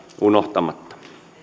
unohtamatta